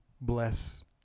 Bless